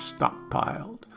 stockpiled